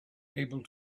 able